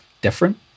different